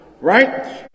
right